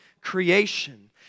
creation